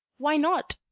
why not!